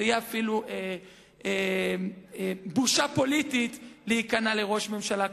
זה יהיה אפילו בושה פוליטית להיכנע לראש ממשלה כזה.